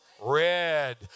red